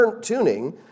tuning